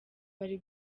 bari